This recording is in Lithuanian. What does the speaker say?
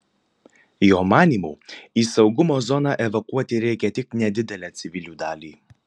jo manymu į saugumo zoną evakuoti reikia tik nedidelę civilių dalį